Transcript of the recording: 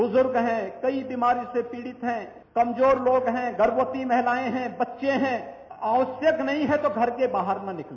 बुजुर्ग है कई बीमारियों से पीड़ित है कमजोर लोग है गर्भवती महिलाएं है बच्चे है आवश्यक नहीं है तो घर के बाहर न निकले